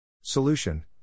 Solution